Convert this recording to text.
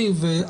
אני